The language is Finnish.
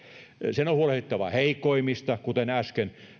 sen on huolehdittava heikoimmista kuten äsken